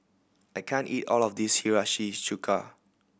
I can't eat all of this Hiyashi Chuka